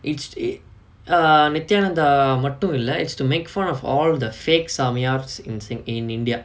it's it err nithiyaanantha மட்டும் இல்ல:mattum illa it's to make fun of all of the fake சாமியார்:saamiyaar in in india